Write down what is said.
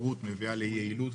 תחרות מביאה ליעילות.